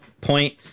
point